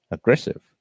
Aggressive